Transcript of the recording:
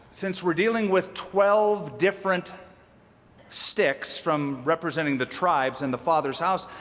since we're dealing with twelve different sticks from representing the tribes and the father's house,